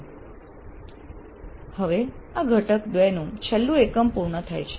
હવે આ ઘટકનું 2 નું છેલ્લું એકમ પૂર્ણ થાય છે